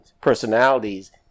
personalities